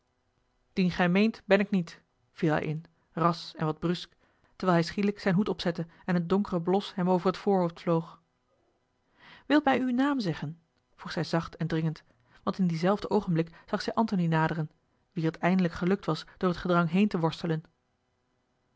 dien gij meent ben ik niet viel hij in ras en wat brusk terwijl hij schielijk zijn hoed opzette en een donkere blos hem over het voorhoofd vloog wil mij uw naam zeggen vroeg zij zacht en dringend want in dienzelfden oogenblik zag zij antony naderen wien het eindelijk gelukt was door t gedrang heen te worstelen